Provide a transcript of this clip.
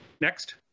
Next